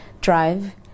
Drive